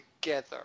together